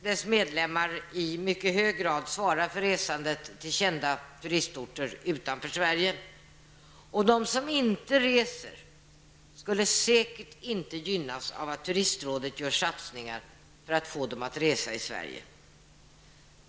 Dess medlemmar torde i mycket hög grad svara för resandet till kända turistorter utanför Sverige, och de som inte reser skulle säkert inte gynnas av att turistrådet gör satsningar för att få dem att resa i Sverige.